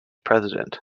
president